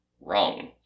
wrong